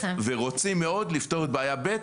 ורוצים מאוד לפתור את בעיה ב'.